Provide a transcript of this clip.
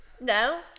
No